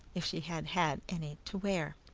if she had had any to wear.